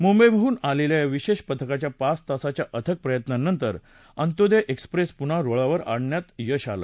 मुंबईहून आलेल्या विशेष पथकाच्या पाच तासाच्या अथक प्रयत्नानंतर अंत्योदय एक्सप्रेस पुन्हा रुळावर आणण्यात यश आलं